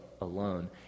alone